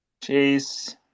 Chase